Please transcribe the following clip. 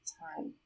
time